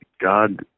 God